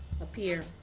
appear